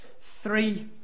three